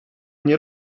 nie